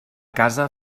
casa